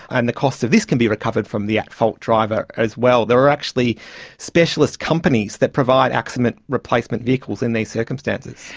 and the cost of this can be recovered from the at-fault driver as well. there are actually specialist companies that provide accident replacement vehicles in these circumstances.